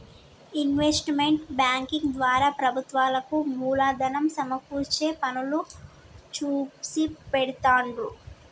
investment banking ద్వారా ప్రభుత్వాలకు మూలధనం సమకూర్చే పనులు చేసిపెడుతుండ్రు